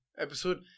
episode